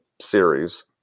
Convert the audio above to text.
series